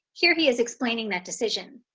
here he is explaining that decision.